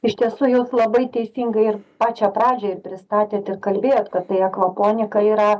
iš tiesų jūs labai teisingai ir pačią pradžią ir pristatėte ir kalbėjot kad tai akvaponika yra